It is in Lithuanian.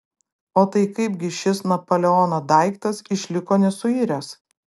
o tai kaip gi šis napoleono daiktas išliko nesuiręs